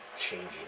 changing